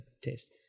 taste